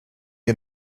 ihr